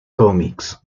comics